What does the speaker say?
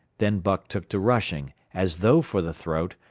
then buck took to rushing, as though for the throat,